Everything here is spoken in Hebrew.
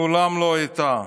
מעולם לא הייתה.